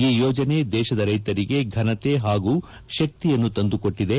ಈ ಯೋಜನೆ ದೇಶದ ರೈತರಿಗೆ ಘನತೆ ಹಾಗೂ ಶಕ್ತಿಯನ್ನು ತಂದುಕೊಟ್ಟಿದೆ